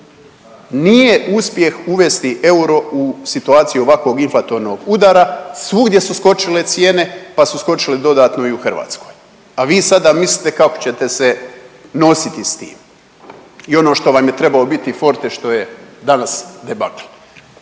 Nije uspjeh uvesti euro u situaciji ovakvog inflatornog udara. Svugdje su skočile cijene, pa su skočile dodatno i u Hrvatskoj, a vi sada mislite kako ćete se nositi sa tim. I ono što vam je trebao biti forte što je danas debakl.